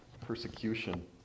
persecution